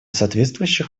соответствующих